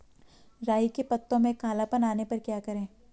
राई के पत्तों में काला पन आने पर क्या करें?